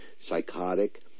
psychotic